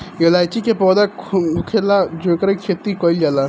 इलायची के पौधा होखेला जेकर खेती कईल जाला